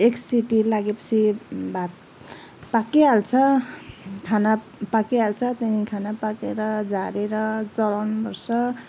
एक सिटी लागेपछि भात पाकिहाल्छ खाना पाकिहाल्छ त्यहाँदेखि खाना पाकेर झारेर चढाउनु पर्छ